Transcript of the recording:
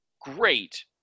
great